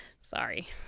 sorry